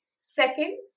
Second